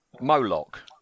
Moloch